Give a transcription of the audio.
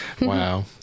Wow